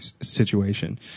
situation